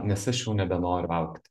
nes aš jau nebenoriu augti